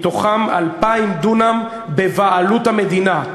מהם 2,000 דונם בבעלות המדינה.